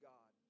God